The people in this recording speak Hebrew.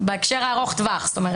מבינים שוועדת הבחירות נמצאת בסד זמנים,